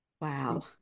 wow